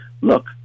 look